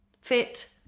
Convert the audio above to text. fit